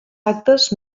actes